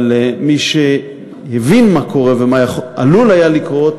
אבל מי שהבין מה קורה ומה עלול היה לקרות